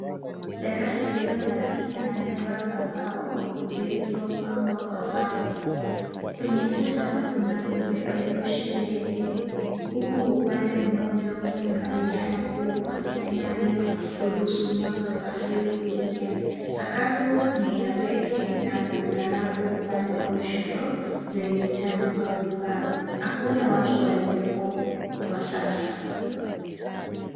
Darasa iliyo na viti na meza za mbao zilizopangwa kwa safu. Kwenye kuta kuna vipeperushi vya elimu huku upande mmoja ukiwa na madirisha makubwa yanayoruhusu mwanga wa asili kuingia. Sakafu ni ya zege na kuna rafu upande wa kushoto zenye vitabu au vifaa. Hakuna watu waliopo kwa sasa.